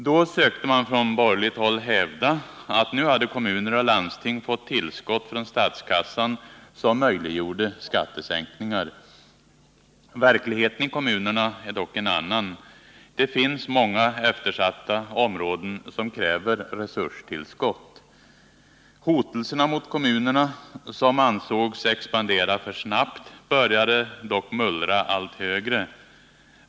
Då sökte man från borgerligt håll hävda att kommuner och landsting hade fått tillskott från statskassan som möjliggjorde skattesänkningar. Verkligheten i kommunerna är dock en annan. Det finns många eftersatta områden som kräver resurstillskott. Hotelserna mot kommunerna, som ansågs expandera för snabbt, började dock mullra allt högre.